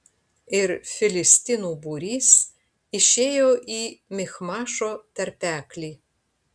ir filistinų būrys išėjo į michmašo tarpeklį